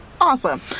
awesome